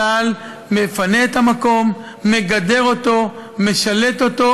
צה"ל מפנה את המקום, מגדר אותו, משלט אותו